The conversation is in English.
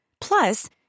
Plus